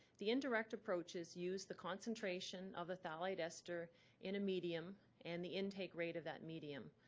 the indirect approaches use the concentration of a phthalate ester in a medium and the intake rate of that medium.